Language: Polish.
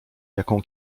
jaką